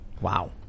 Wow